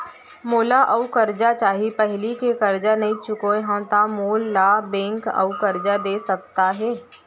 मोला अऊ करजा चाही पहिली के करजा नई चुकोय हव त मोल ला बैंक अऊ करजा दे सकता हे?